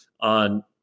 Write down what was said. on